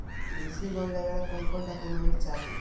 कृषि लोन लेने ला कोन कोन डोकोमेंट चाही?